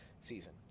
season